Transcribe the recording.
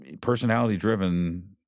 personality-driven